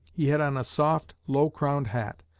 he had on a soft low-crowned hat,